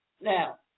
Now